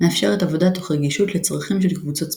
מאפשרת עבודה תוך רגישות לצרכים של קבוצות ספציפיות,